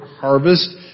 harvest